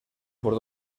por